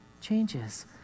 changes